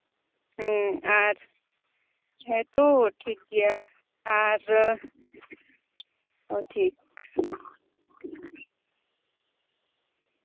ᱦᱩᱸ ᱟᱨ ᱦᱮᱸᱛᱚ ᱴᱷᱤᱠᱜᱮᱭᱟ ᱟᱨ ᱦᱳᱭ ᱴᱷᱤᱠ